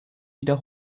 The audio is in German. wieder